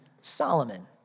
Solomon